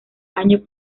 año